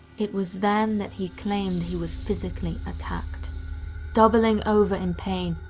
it was then that he claimed he was physically attacked doubling over in pain,